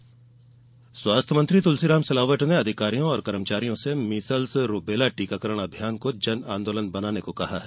टीकरकरण स्वास्थ्य मंत्री तुलसीराम सिलावट ने अधिकारियों और कर्मचारियों से मीजल्स रूबेला टीकाकरण अभियान को जन आंदोलन बनाने को कहा है